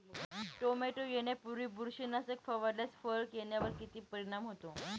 Tomato येण्यापूर्वी बुरशीनाशक फवारल्यास फळ येण्यावर किती परिणाम होतो?